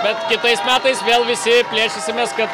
bet kitais metais vėl visi plėšysimės kad